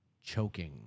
Choking